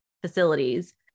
facilities